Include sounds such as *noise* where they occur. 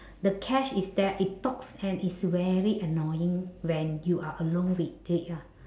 *breath* the catch is that it talks and it's very annoying when you are alone with it lah